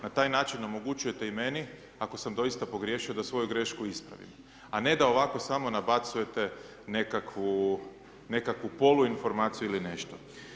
Na taj način omogućujete i meni, ako sam doista pogriješio, da svoju grešku ispravim, a ne da ovako samo nabacujete nekakvu poluinformaciju ili nešto.